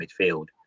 midfield